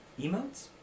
Emotes